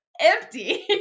empty